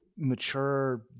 mature